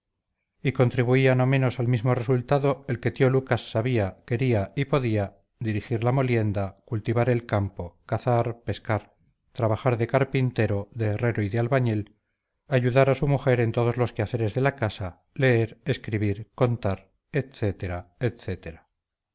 y contribuía no menos al mismo resultado el que el tío lucas sabía quería y podía dirigir la molienda cultivar el campo cazar pescar trabajar de carpintero de herrero y de albañil ayudar a su mujer en todos los quehaceres de la casa leer escribir contar